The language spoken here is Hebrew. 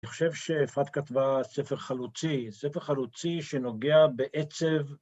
‫אני חושב שאפרת כתבה ספר חלוצי, ‫ספר חלוצי שנוגע בעצב...